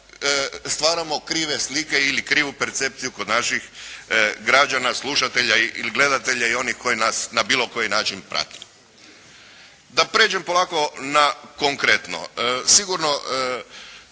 stvaramo krive slike ili krivu percepciju kod naših građana, slušatelja ili gledatelja i onih koji nas na bilo koji način prate. Da prijeđem polako na konkretno. Sigurno